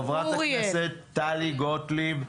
חברת הכנסת טלי גוטליב,